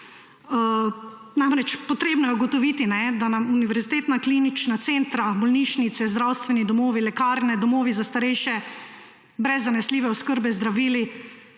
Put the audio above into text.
Potrebno je namreč ugotoviti, da nam univerzitetna klinična centra, bolnišnice, zdravstveni domovi, lekarne, domovi za starejše brez zanesljive oskrbe z zdravili